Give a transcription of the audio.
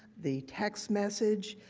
the text message,